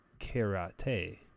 karate